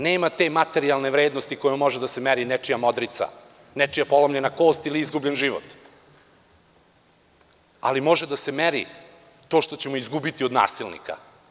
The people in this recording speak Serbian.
Nema te materijalne vrednosti kojom može da se meri nečija modrica, nečija polomljena kost ili izgubljen život, ali može da se meri to što ćemo izgubiti od nasilnika.